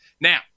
Now